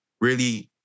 really-